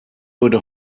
wurde